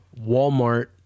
Walmart